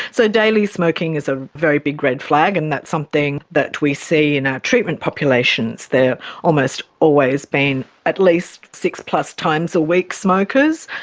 so daily smoking is a very big red flag, and that's something that we see in our treatment populations, they've almost always been at least six-plus times a week smokers,